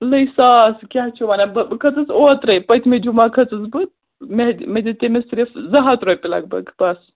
الے ساس کیٛاہ چھُ وَنان بہٕ بہٕ کھٔژٕس اوترٕے پٔتۍمہِ جُمعہ کھٔژٕس بہٕ مےٚ مےٚ دِہُت تٔمِس صِرف زٕ ہَتھ رۄپیہِ لگ بگ بَس